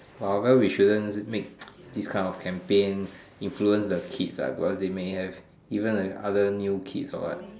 well we shouldn't make this kind of campaign influence the kids ah cause they may have even other new kid or what